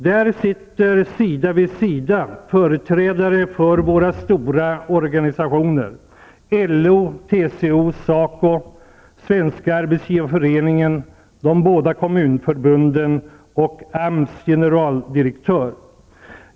Där sitter sida vid sida företrädare för våra stora organisationer, LO, TCO, SACO, Svenska arbetsgivareföreningen, de båda kommunförbunden och AMS generaldirektör.